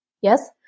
Yes